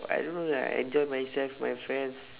I don't know lah I enjoy myself with my friends